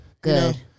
Good